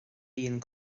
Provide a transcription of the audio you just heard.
bíonn